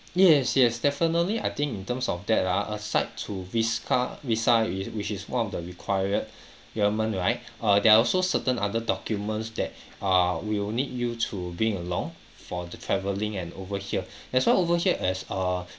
yes yes definitely I think in terms of that ah aside to visca~ visa which is which is one of the required you are men right err there are also certain other documents that err we'll need you to being along for the travelling and over here that's why over here as a